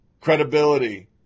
Credibility